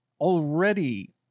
already